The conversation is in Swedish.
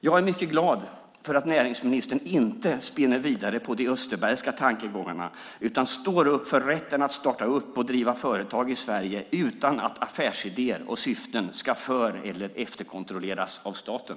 Jag är mycket glad över att näringsministern inte spinner vidare på de Österbergska tankegångarna utan står upp för rätten att starta och driva företag i Sverige utan att affärsidéer och syften ska för eller efterkontrolleras av staten.